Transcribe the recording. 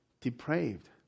depraved